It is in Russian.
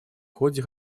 ходе